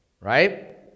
right